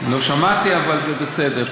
לא שמעתי, אבל בסדר.